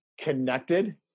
connected